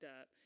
up